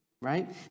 right